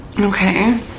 Okay